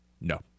No